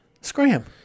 scram